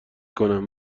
کنم